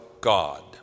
God